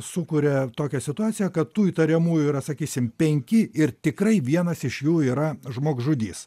sukuria tokią situaciją kad tų įtariamųjų yra sakysim penki ir tikrai vienas iš jų yra žmogžudys